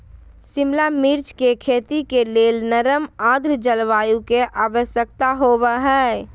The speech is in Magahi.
शिमला मिर्च के खेती के लेल नर्म आद्र जलवायु के आवश्यकता होव हई